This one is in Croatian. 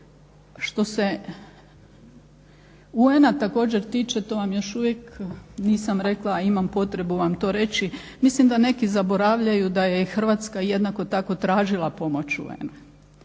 Što se UN-a također tiče to vam još uvijek nisam rekla, a imam potrebu vam to reći. Mislim da neki zaboravljaju da je i Hrvatska jednako tako tražila pomoć UN-a.